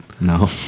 No